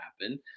happen